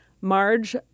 Marge